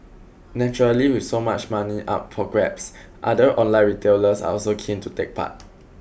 naturally with so much money up for grabs other online retailers are also keen to take part